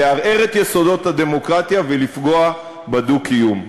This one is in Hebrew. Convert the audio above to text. לערער את יסודות הדמוקרטיה ולפגוע בדו-קיום.